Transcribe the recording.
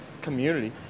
community